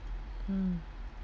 mm